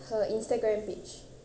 her instagram page